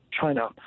China